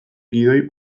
gidoi